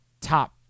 top